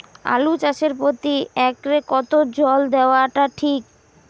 আলু চাষে প্রতি একরে কতো জল দেওয়া টা ঠিক?